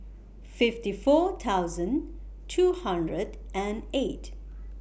fifty four thousand two hundred and eight